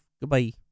Goodbye